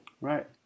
right